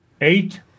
eight